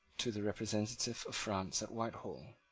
to the representative of france at whitehall.